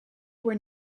were